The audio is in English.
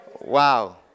Wow